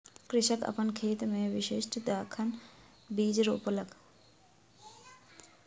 कृषक अपन खेत मे विशिष्ठ दाखक बीज रोपलक